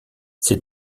ses